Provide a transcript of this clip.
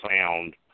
sound